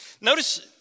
Notice